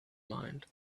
mind